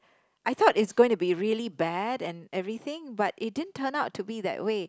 I thought is going to be really bad and everything but it didn't turn out to be that way